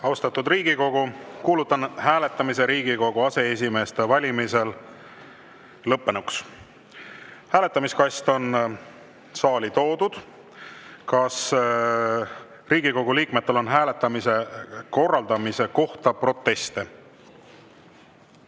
Austatud Riigikogu, kuulutan hääletamise Riigikogu aseesimeeste valimisel lõppenuks. Hääletamiskast on saali toodud. Kas Riigikogu liikmetel on hääletamise korraldamise kohta proteste?